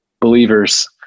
believers